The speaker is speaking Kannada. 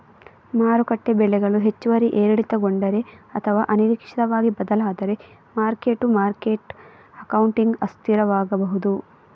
ಮಾರುಕಟ್ಟೆ ಬೆಲೆಗಳು ಹೆಚ್ಚು ಏರಿಳಿತಗೊಂಡರೆ ಅಥವಾ ಅನಿರೀಕ್ಷಿತವಾಗಿ ಬದಲಾದರೆ ಮಾರ್ಕ್ ಟು ಮಾರ್ಕೆಟ್ ಅಕೌಂಟಿಂಗ್ ಅಸ್ಥಿರವಾಗಬಹುದು